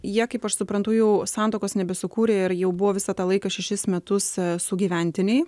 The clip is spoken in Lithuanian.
jie kaip aš suprantu jau santuokos nebesukūrė ir jau buvo visą tą laiką šešis metus sugyventiniai